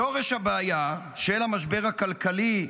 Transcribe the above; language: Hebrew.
שורש הבעיה של המשבר הכלכלי,